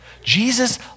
Jesus